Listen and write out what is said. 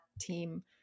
team